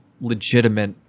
legitimate